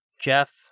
jeff